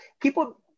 People